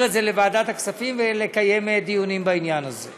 את זה לוועדת הכספים ולקיים דיונים בעניין הזה.